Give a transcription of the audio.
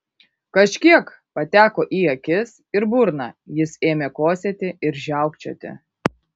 kažkiek pateko į akis ir burną jis ėmė kosėti ir žiaukčioti